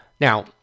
Now